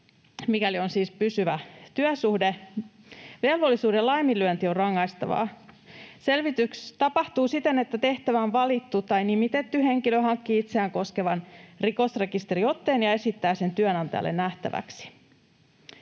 mikäli siis on pysyvä työsuhde. Velvollisuuden laiminlyönti on rangaistavaa. Selvitys tapahtuu siten, että tehtävään valittu tai nimitetty henkilö hankkii itseään koskevan rikosrekisteriotteen ja esittää sen työnantajalle nähtäväksi.